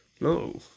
No